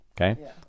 okay